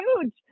huge